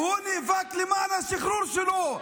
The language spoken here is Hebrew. כי הוא נאבק למען השחרור שלו.